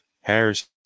harris